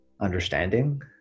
understanding